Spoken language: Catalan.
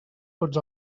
tots